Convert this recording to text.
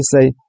say